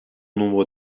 nombre